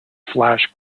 flash